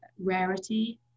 rarity